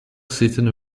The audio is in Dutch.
zitten